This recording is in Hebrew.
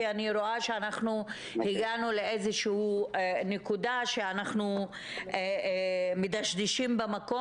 כי אני רואה שאנחנו הגענו לאיזשהו נקודה שאנחנו מדשדשים במקום.